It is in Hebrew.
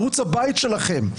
ערוץ הבית שלכם,